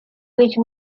which